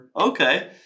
Okay